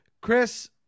Chris